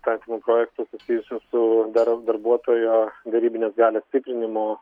įstatymų projektų susijusių su dar darbuotojo derybinės galios stiprinimų